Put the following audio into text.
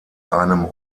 einem